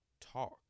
Talk